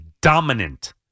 dominant